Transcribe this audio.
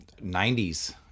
90s